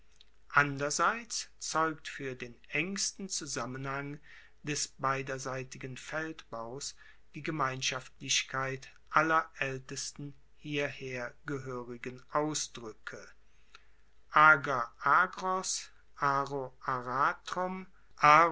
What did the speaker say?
anderseits zeugt fuer den engsten zusammenhang des beiderseitigen feldbaus die gemeinschaftlichkeit aller aeltesten hierher gehoerigen ausdruecke